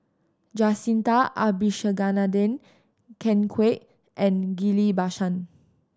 Jacintha Abisheganaden Ken Kwek and Ghillie Bassan